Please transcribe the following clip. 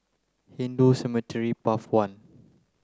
Hindu Cemetery Path one